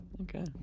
Okay